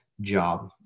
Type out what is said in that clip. job